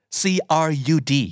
crud